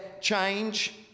change